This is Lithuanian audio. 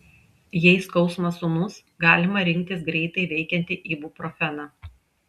jei skausmas ūmus galima rinktis greitai veikiantį ibuprofeną